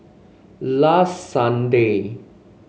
last Sunday